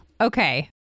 Okay